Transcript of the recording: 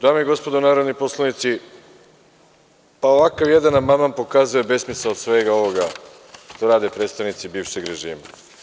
Dame i gospodo narodni poslanici, ovakav jedan amandman pokazuje besmisao svega ovoga što rade predstavnici bivšeg režima.